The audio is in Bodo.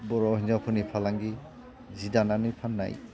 बर' हिन्जावफोरनि फालांगि सि दानानै फान्नाय